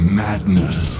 madness